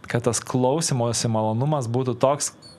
kad tas klausymosi malonumas būtų toks